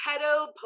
pedo